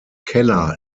keller